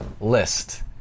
list